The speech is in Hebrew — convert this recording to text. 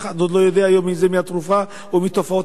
אף אחד עוד לא יודע היום אם זה מהתרופה או מתופעות